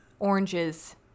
oranges